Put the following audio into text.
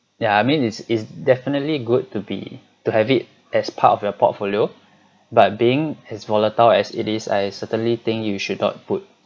ya I mean it's it's definitely good to be to have it as part of your portfolio but being as volatile as it is I certainly think you should not put